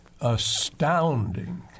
astounding